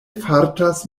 fartas